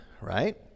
right